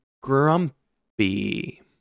Grumpy